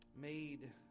made